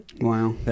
Wow